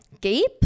gape